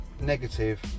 negative